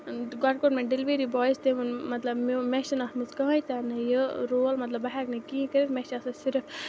گۄڈٕ کوٚر مےٚ ڈیٚلِؤری بایَس تٔمۍ ووٚن مطلب میو مےٚ چھُنہٕ اَتھ منٛز کٕہۭنۍ تہِ نہٕ یہِ رول مطلب بہٕ ہیٚکہٕ نہٕ کِہیٖنۍ کٔرِتھ مےٚ چھِ آسان صِرف